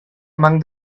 among